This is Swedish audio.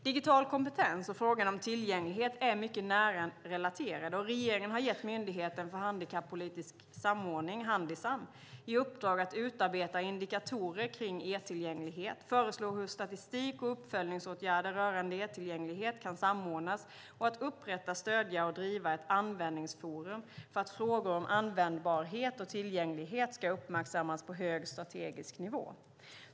Digital kompetens och frågan om tillgänglighet är mycket nära relaterade, och regeringen har gett Myndigheten för handikappolitisk samordning, Handisam, i uppdrag att utarbeta indikatorer kring e-tillgänglighet, föreslå hur statistik och uppföljningsåtgärder rörande e-tillgänglighet kan samordnas och att upprätta, stödja och driva ett användningsforum för att frågor om användbarhet och tillgänglighet ska uppmärksammas på hög strategisk nivå.